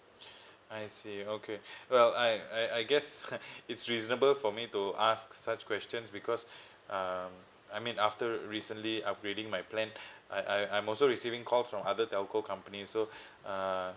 I see okay well I I I guess it's reasonable for me to ask such questions because um I mean after recently upgrading my plan I I I'm also receiving call from other telco company so uh